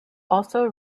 also